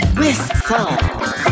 whistle